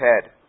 head